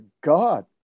God